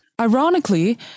Ironically